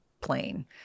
plain